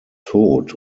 tod